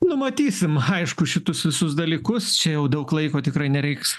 nu matysim aišku šitus visus dalykus čia jau daug laiko tikrai nereiks